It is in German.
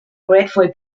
grateful